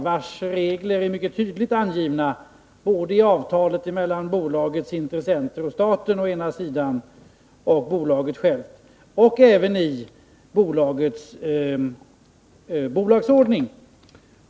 Reglerna för det aktiebolaget är mycket tydligt angivna både i avtalet mellan bolagets intressenter och staten, å ena sidan, och bolaget självt, å andra sidan, och i bolagets bolagsordning.